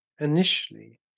initially